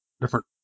different